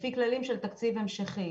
לפי כללים של תקציב המשכי.